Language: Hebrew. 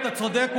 אתה צודק,